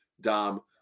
Dom